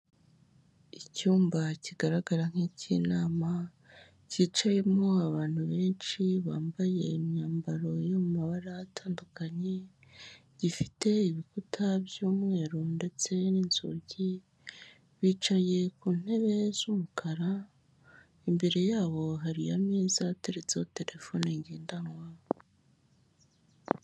Icyumba kigaragara nk'icy'inama cyicayemo abantu benshi bambaye imyambaro yo mu mabara atandukanye, gifite ibikuta by'umweru ndetse n'inzugi bicaye ku ntebe z'umukara, imbere yabo hari ameza ateretseho telefone ngendanwa.